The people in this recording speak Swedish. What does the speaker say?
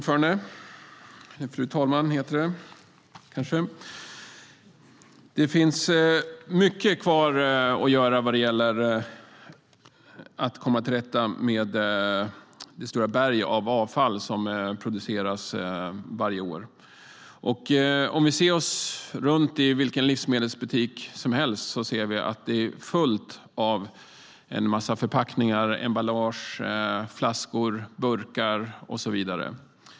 Fru talman! Det finns mycket kvar att göra vad gäller att komma till rätta med det stora berg av avfall som produceras varje år. Om vi ser oss runt i vilken livsmedelsbutik som helst ser vi att det är fullt av en massa förpackningar, emballage, flaskor, burkar och så vidare.